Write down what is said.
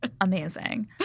Amazing